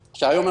היום,